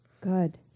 Good